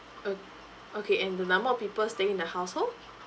o~ okay and the number of people staying in the household